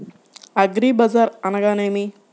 అగ్రిబజార్ అనగా నేమి?